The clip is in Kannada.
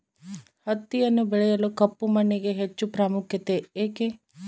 ಹತ್ತಿಯನ್ನು ಬೆಳೆಯಲು ಕಪ್ಪು ಮಣ್ಣಿಗೆ ಹೆಚ್ಚು ಪ್ರಾಮುಖ್ಯತೆ ಏಕೆ?